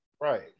Right